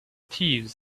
thieves